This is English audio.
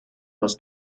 was